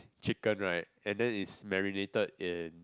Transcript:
chicken right and then it's marinated in